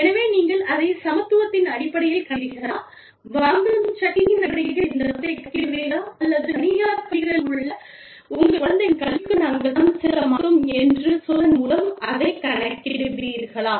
எனவே நீங்கள் அதைச் சமத்துவத்தின் அடிப்படையில் கணக்கிடுவீர்களா வாங்கும் சக்தியின் அடிப்படையில் இந்த பணத்தைக் கணக்கிடுவீர்களா அல்லது தனியார்ப் பள்ளிகளில் உங்கள் குழந்தைகளின் கல்விக்கு நாங்கள் பணம் செலுத்த மாட்டோம் என்று சொல்வதன் மூலம் அதைக் கணக்கிடுவீர்களா